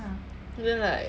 I feel like